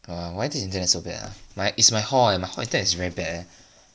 err why the internet so bad ah like is my hall eh my hall internet is so bad eh